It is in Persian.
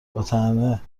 باطعنه